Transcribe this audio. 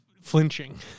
flinching